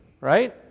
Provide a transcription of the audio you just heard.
right